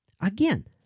Again